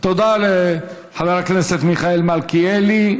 תודה לחבר הכנסת מיכאל מלכיאלי.